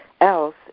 else